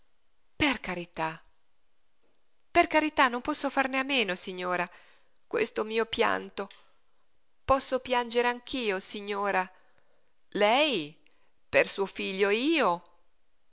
per carità per carità non posso farne a meno signora questo mio pianto posso piangere anch'io signora lei per suo figlio e io